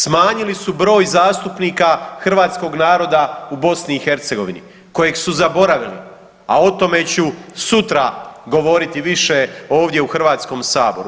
Smanjili su broj zastupnika hrvatskog naroda u BiH kojeg su zaboravili, a o tome ću sutra govoriti više ovdje u HS-u.